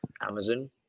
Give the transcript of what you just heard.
Amazon